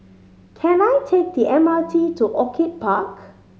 can I take the M R T to Orchid Park